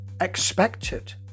expected